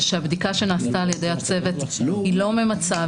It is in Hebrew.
ושהבדיקה שנעשתה על ידי הצוות היא לא ממצה,